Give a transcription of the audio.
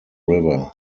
river